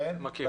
אני מכיר.